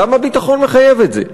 למה הביטחון מחייב את זה?